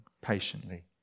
patiently